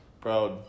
Proud